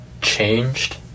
changed